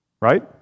Right